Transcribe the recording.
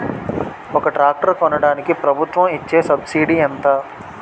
ఒక ట్రాక్టర్ కొనడానికి ప్రభుత్వం ఇచే సబ్సిడీ ఎంత?